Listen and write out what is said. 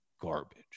garbage